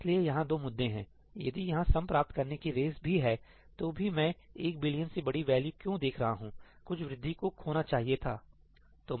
इसलिए यहां दो मुद्दे हैं यदि यहां सम प्राप्त करने की रेस भी है तो भी मैं एक बिलियन से बड़ी वैल्यू क्यों देख रहा हूं कुछ वृद्धि को खोना चाहिए था